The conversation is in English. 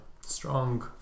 strong